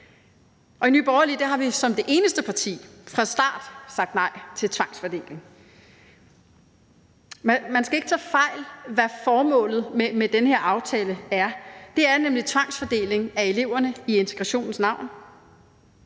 I Nye Borgerlige har vi som det eneste parti fra start sagt nej til tvangsfordeling. Man skal ikke tage fejl af, hvad formålet med den her aftale er, det er nemlig tvangsfordeling af eleverne i integrationens navn.